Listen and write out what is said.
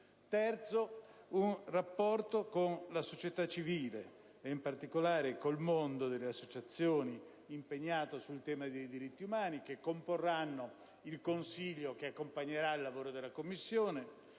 luogo, un rapporto con la società civile, e in particolare con il mondo delle associazioni, impegnato sul tema dei diritti umani, le quali comporranno il Consiglio che accompagnerà il lavoro della Commissione